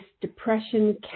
depression